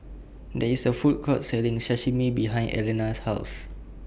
There IS A Food Court Selling Sashimi behind Alana's House